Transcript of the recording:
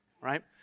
right